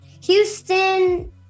Houston